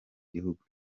gihugu